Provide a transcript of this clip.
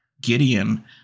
Gideon